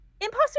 imposter